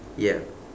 ya